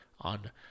on